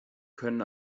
können